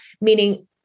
Meaning